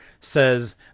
says